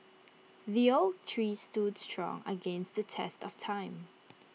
the oak tree stood strong against the test of time